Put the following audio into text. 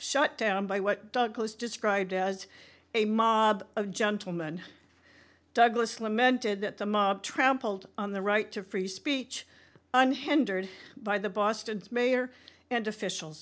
shut down by what douglas described as a mob of gentleman douglas lamented that the mob trampled on the right to free speech unhindered by the boston mayor and official